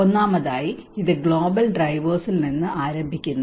ഒന്നാമതായി ഇത് ഗ്ലോബൽ ഡ്രൈവേഴ്സിൽനിന്ന് ആരംഭിക്കുന്നു